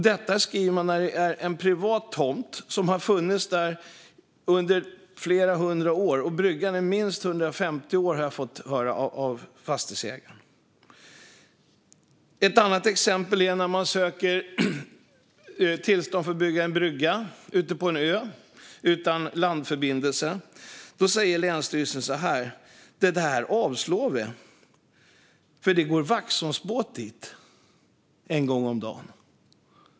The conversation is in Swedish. Detta skriver man fast det handlar om en privat tomt som har funnits där under flera hundra år och om en brygga som funnits där i minst 150 år, har jag fått höra av fastighetsägaren. Ett annat exempel är när man söker tillstånd för att bygga en brygga ute på en ö utan landförbindelse. Då avslår länsstyrelsen det, eftersom det går Waxholmsbåt dit en gång om dagen.